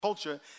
culture